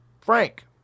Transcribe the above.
Frank